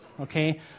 Okay